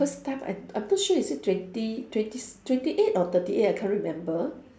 first time I I'm not sure is it twenty twenty s~ twenty eight or thirty eight I can't remember